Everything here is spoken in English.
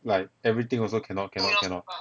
like everything also cannot cannot cannot